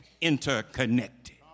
interconnected